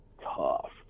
tough